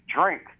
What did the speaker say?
drink